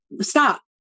Stop